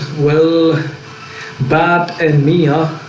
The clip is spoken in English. well bad and mia